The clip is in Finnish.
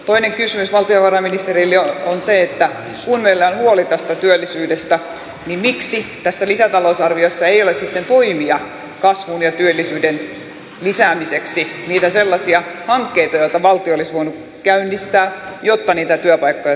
toinen kysymys valtiovarainministerille on se että kun meillä on huoli tästä työllisyydestä niin miksi tässä lisätalousarviossa ei ole sitten toimia kasvun ja työllisyyden lisäämiseksi niitä sellaisia hankkeita joita valtio olisi voinut käynnistää jotta niitä työpaikkoja saataisiin lisää